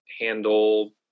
handle